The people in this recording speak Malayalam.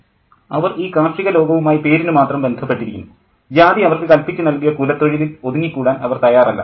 പ്രൊഫസ്സർ അവർ ഈ കാർഷിക ലോകവുമായി പേരിനു മാത്രം ബന്ധപ്പെട്ടിരിക്കുന്നു ജാതി അവർക്ക് കല്പിച്ചു നൽകിയ കുലത്താഴിലിൽ ഒതുങ്ങിക്കൂടാൻ അവർ തയ്യാറല്ല